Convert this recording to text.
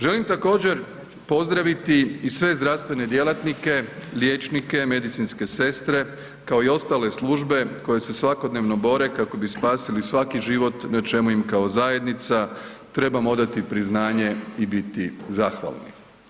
Želim također, pozdraviti i sve zdravstvene djelatnike, liječnike, medicinske sestre, kao i ostale službe koje se svakodnevno bore kako bi spasili svaki život, na čemu im kao zajednica trebamo odati priznanje i biti zahvalni.